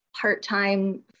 part-time